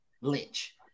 Lynch